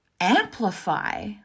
amplify